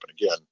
again